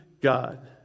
God